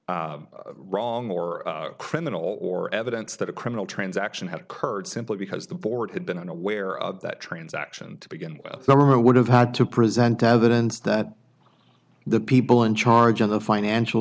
been wrong or criminal or evidence that a criminal transaction had occurred simply because the board had been unaware of that transaction to begin with there would have had to present evidence that the people in charge of the financial